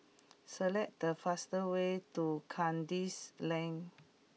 select the fast way to Kandis Lane